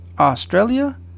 Australia